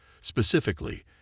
specifically